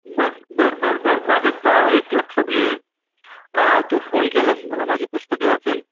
बर बरं बरं बरं प्राजक्ता एक लक्षात घे तू फोन केलास मला माझी पुस्तके वाचून